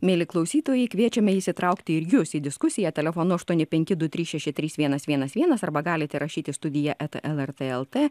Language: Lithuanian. mieli klausytojai kviečiame įsitraukti ir jus į diskusiją telefonu aštuoni penki du trys šeši trys vienas vienas vienas arba galite rašyti studija eta lrt lt